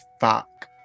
fuck